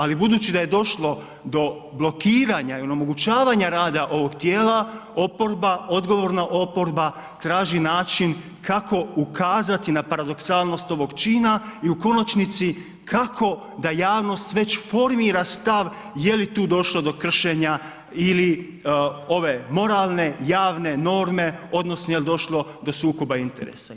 Ali budući da je došlo do blokiranja i onemogućavanja rada ovog tijela, oporba odgovorna oporba traži način kako ukazati na paradoksalnost ovog čina i u konačnici, kako da javnost već formira stav je li tu došlo do kršenja ili ove moralne, javne norme odnosno je li došlo do sukoba interesa.